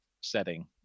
setting